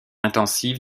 intensive